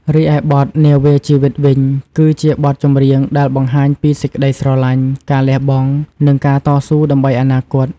រីឯបទ នាវាជីវិត វិញ គឺជាបទចម្រៀងដែលបង្ហាញពីសេចក្តីស្រឡាញ់ ការលះបង់ និងការតស៊ូដើម្បីអនាគត។